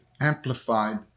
amplified